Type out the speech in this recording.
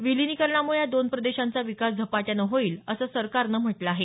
विलीनीकरणामुळे या दोन प्रदेशांचा विकास झपाट्यानं होईल असं सकरारनं म्हटलं आहे